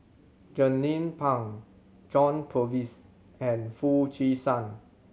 Jernnine Pang John Purvis and Foo Chee San